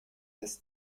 des